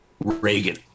Reagan